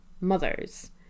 mothers